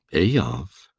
eyolf?